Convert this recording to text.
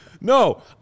No